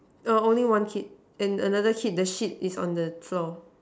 err only one kid and another kid the seat is on the floor